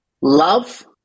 love